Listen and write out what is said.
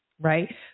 right